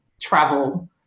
travel